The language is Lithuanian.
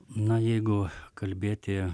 na jeigu kalbėti